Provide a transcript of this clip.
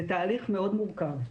זה תהליך מאוד מורכב.